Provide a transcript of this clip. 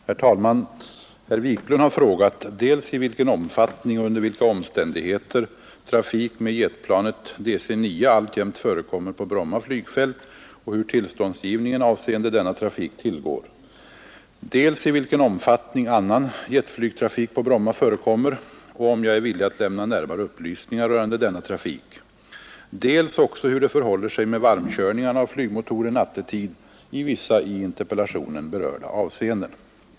Herr talman! Herr Wiklund i Stockholm har frågat dels vilken omfattning och under vilka omständigheter trafik med jetplanet DC-9 alltjämt förekommer på Bromma flygfält och hur tillståndsgivningen avseende denna trafik tillgår, dels i vilken omfattning annan jetflygtrafik på Bromma förekommer och om jag är villig att lämna närmare upplysningar rörande denna trafik, dels också hur det förhåller sig med varmkörningarna av flygmotorer nattetid i vissa i interpellationen berörda avseenden.